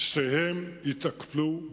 שהם יתקנו.